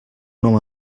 home